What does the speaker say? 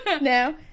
no